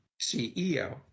CEO